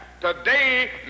Today